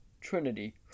Trinity